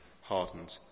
hardened